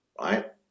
right